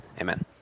Amen